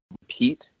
repeat